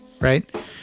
Right